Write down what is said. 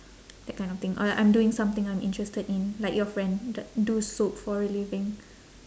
that kind of thing or I'm doing something I'm interested in like your friend d~ do soap for a living